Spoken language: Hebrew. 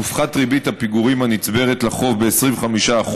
תופחת ריבית הפיגורים הנצברת לחוב ב-25%